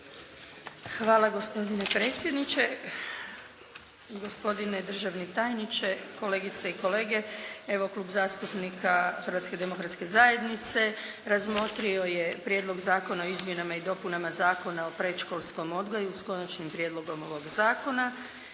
Hvala gospodine predsjedniče. Gospodine državni tajniče, kolegice i kolege. Evo Klub zastupnika Hrvatske demokratske zajednice razmotrio je Prijedlog Zakona o izmjenama i dopunama Zakona o predškolskom odgoju s Konačnim prijedlogom ovog Zakona